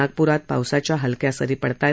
नागपूरात पावसाच्या हलक्या सरी पडत आहेत